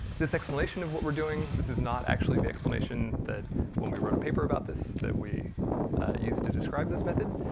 this explanation of what we're doing, this is not actually the explanation, that when we wrote a paper about this, that we used to describe this method.